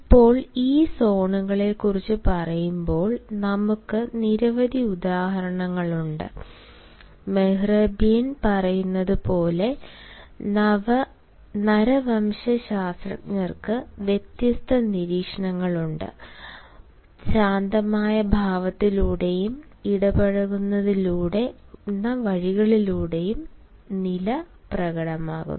ഇപ്പോൾ ഈ സോണുകളെക്കുറിച്ച് പറയുമ്പോൾ നമുക്ക് നിരവധി ഉദാഹരണങ്ങളുണ്ട് മെഹ്റാബിയൻ പറയുന്നതുപോലെ നരവംശശാസ്ത്രജ്ഞർക്ക് വ്യത്യസ്ത നിരീക്ഷണങ്ങൾ ഉണ്ട് ശാന്തമായ ഭാവത്തിലൂടെയും ഇടപഴകുന്നതിനുള്ള വഴികളിലൂടെയും നില പ്രകടമാകുന്നു